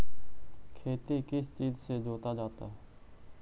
खेती किस चीज से जोता जाता है?